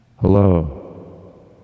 Hello